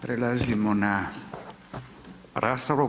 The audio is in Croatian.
Prelazimo na raspravu.